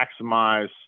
maximize